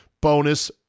bonus